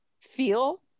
feel